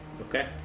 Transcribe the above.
Okay